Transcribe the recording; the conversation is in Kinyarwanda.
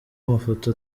amafoto